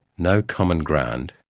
no common ground,